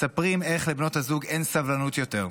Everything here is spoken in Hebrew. מספרים איך לבנות הזוג אין סבלנות יותר.